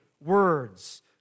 words